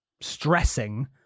stressing